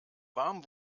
warm